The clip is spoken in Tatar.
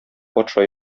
патша